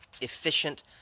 efficient